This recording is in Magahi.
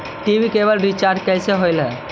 टी.वी केवल रिचार्ज कैसे होब हइ?